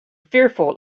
fearful